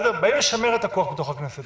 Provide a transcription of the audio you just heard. באים לשמר את הכוח בכנסת.